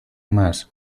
mas